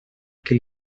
que